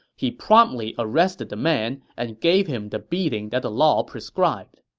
he promptly arrested the man and gave him the beating that the law prescribed.